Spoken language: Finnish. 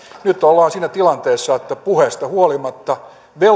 nyt ollaan siinä tilanteessa että puheista huolimatta